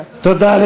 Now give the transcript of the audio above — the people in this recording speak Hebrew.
תודה.